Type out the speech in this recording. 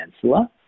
Peninsula